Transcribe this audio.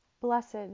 Blessed